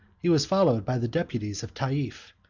he was followed by the deputies of tayef,